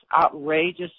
outrageous